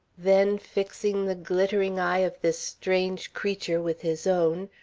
then, fixing the glittering eye of this strange creature with his own,